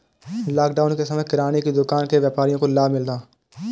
lockdown के समय में किराने की दुकान के व्यापारियों को लाभ मिला है